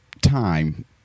time